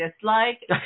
dislike